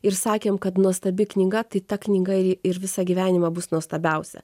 ir sakėm kad nuostabi knyga tai ta knyga ir ji ir visą gyvenimą bus nuostabiausia